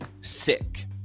sick